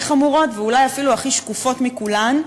חמורות ואולי אפילו הכי שקופות מכולן,